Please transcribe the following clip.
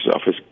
Office